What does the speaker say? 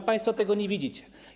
A państwo tego nie widzicie.